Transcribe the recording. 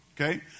Okay